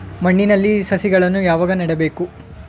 ಮಣ್ಣಿನಲ್ಲಿ ಸಸಿಗಳನ್ನು ಯಾವಾಗ ನೆಡಬೇಕು?